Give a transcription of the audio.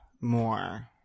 more